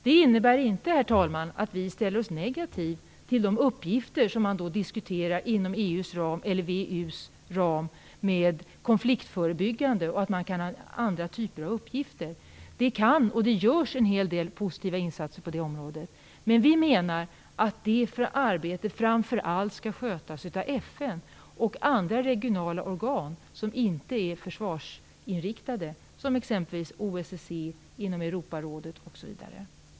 Det innebär inte, herr talman, att vi ställer oss negativa när man inom EU:s ram eller VEU:s ram diskuterar uppgifter som är konfliktförebyggande och att man kan ha andra uppgifter. Det kan göras och görs en hel del positiva insatser på det området. Men vi menar att det arbetet framför allt skall skötas av FN och andra regionala organ som inte är försvarsinriktade, exempelvis OSSE, Europarådet osv.